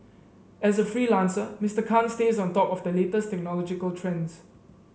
as a freelancer Mister Khan stays on top of the latest technological trends